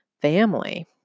family